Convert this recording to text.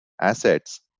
assets